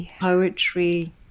poetry